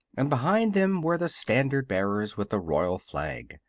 and behind them were the standard bearers with the royal flag.